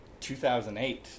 2008